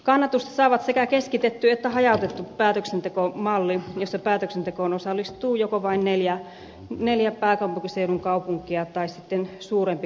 kannatusta saavat sekä keskitetty että hajautettu päätöksentekomalli jolloin päätöksentekoon osallistuu joko vain neljä pääkaupunkiseudun kaupunkia tai sitten suurempi kaupunkien verkosto